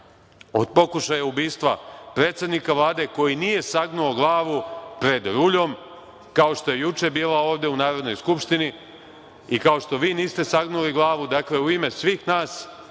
od pokušaja ubistva predsednika Vlade, koji nije sagnuo glavu pred ruljom, kao što je juče bila ovde u Narodnoj skupštini, i kao što vi niste sagnuli glavu, dakle, u ime svih nas,